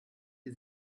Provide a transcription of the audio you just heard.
die